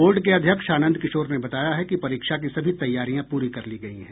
board के अध्यक्ष आनंद किशोर ने बताया है कि परीक्षा की सभी तैयारियां पूरी कर ली गयी हैं